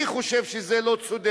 אני חושב שזה לא צודק.